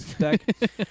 deck